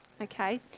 okay